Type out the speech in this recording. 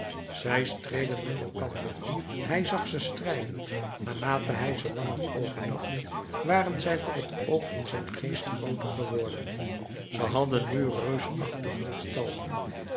zij streden met elkander hij zag ze strijden naarmate hij ze langer overdacht waren zij voor het oog van zijn geest grooter geworden ze hadden nu reusachtige